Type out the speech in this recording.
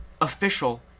official